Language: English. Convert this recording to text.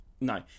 No